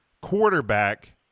quarterback